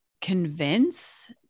convince